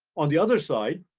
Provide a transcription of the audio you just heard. on the other side,